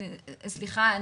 סליחה,